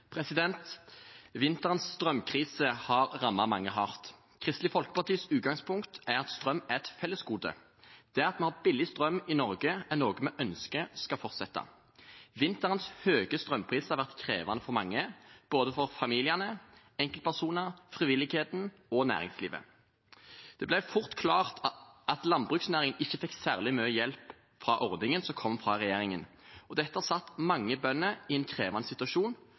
at strøm er et fellesgode. At vi har billig strøm i Norge, er noe vi ønsker skal fortsette. Vinterens høye strømpriser har vært krevende for mange – både familier, enkeltpersoner, frivilligheten og næringslivet. Det ble fort klart at landbruksnæringen ikke fikk særlig mye hjelp fra ordningen som kom fra regjeringen. Dette har satt mange bønder i en krevende situasjon,